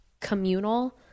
communal